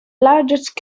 largest